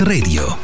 Radio